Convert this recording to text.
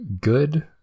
good